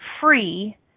free